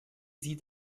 sieht